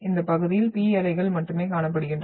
இந்த பகுதியில் P அலைகள் மட்டுமே காணப்படுகின்றன